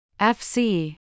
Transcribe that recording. FC